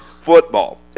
football